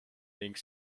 ning